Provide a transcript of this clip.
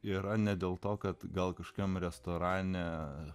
yra ne dėl to kad gal kažkam restorane